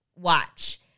watch